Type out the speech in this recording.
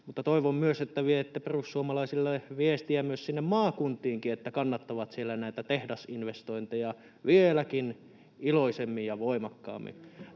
toivon myös, että viette perussuomalaisille viestiä myös sinne maakuntiinkin, sinne Kainuuseen ja Itä-Lapin suuntaan, että kannattavat siellä näitä tehdasinvestointeja vieläkin iloisemmin ja voimakkaammin.